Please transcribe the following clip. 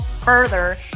further